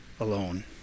alone